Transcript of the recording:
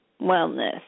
wellness